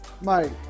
Mike